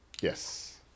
Yes